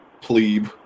Plebe